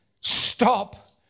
Stop